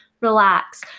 relax